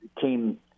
came